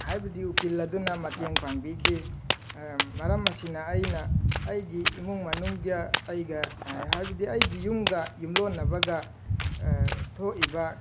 ꯍꯥꯏꯕꯗꯤ ꯎꯀꯤꯜ ꯑꯗꯨꯅ ꯃꯇꯦꯡ ꯄꯥꯡꯕꯤꯈꯤ ꯃꯔꯝ ꯑꯁꯤꯅ ꯑꯩꯅ ꯑꯩꯒꯤ ꯏꯃꯨꯡ ꯃꯅꯨꯡꯒ ꯑꯩꯒ ꯍꯥꯏꯕꯗꯤ ꯑꯩꯒꯤ ꯌꯨꯝꯒ ꯌꯨꯝꯂꯣꯟꯅꯕꯒ ꯊꯣꯛꯏꯕ